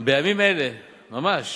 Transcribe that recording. בימים אלה ממש,